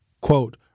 Quote